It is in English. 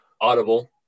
audible